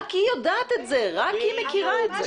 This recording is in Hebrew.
רק היא יודעת את זה ורק היא מכירה את זה.